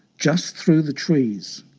just through the trees.